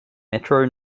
metro